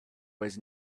was